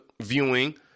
viewing